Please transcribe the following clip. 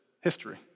history